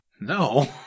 No